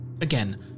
Again